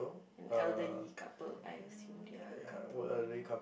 elderly couple I assume they are a couple